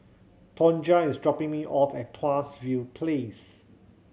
Tonja is dropping me off at Tuas View Place